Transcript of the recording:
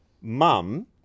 Mum